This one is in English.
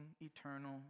eternal